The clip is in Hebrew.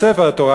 את ספר התורה,